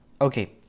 Okay